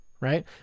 right